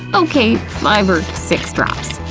ok, five or six drops,